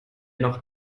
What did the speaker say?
noch